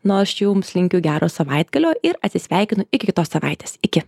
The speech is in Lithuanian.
na o aš jums linkiu gero savaitgalio ir atsisveikinu iki kitos savaitės iki